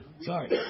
Sorry